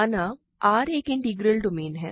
माना R एक integral domain है